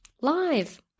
Live